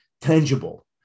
tangible